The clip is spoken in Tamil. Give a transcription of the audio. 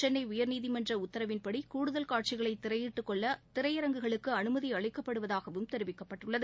சென்னை உயர்நீதமன்ற உத்தரவுப்படி கூடுதல் காட்சிகளை திரையிட்டு கொள்ள திரையரங்குகளுக்கு அனுமதி அளிக்கப்படுவதாகவும் தெரிவிக்கப்பட்டுள்ளது